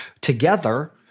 together